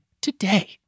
today